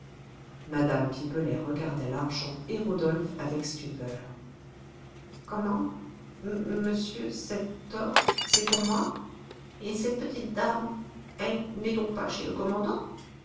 mme pipelet regardait l'argent et rodolphe avec stupeur comment monsieur cet or c'est pour moi et cette petite dame elle n'est donc pas chez le commandant